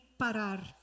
parar